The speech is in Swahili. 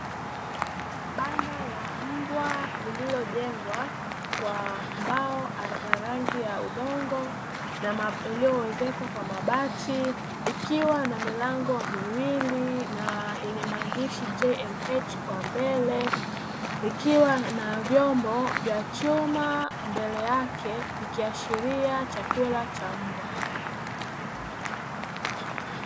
Banda la mbwa lililojengwa kwa mbao za rangi ya udongo, na lililoezekwa kwa mabati, ikiwa na milango miwili na yenye maandishi "J&H" kwa mbele, ikiwa na vyombo vya chuma mbele yake vikiashiria chakula cha mbwa.